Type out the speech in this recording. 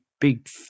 big